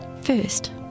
First